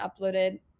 uploaded